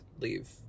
leave